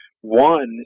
One